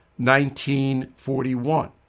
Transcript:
1941